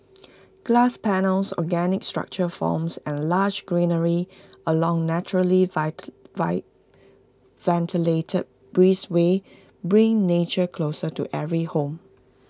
glass panels organic structural forms and lush greenery along naturally ventilated breezeways bring nature closer to every home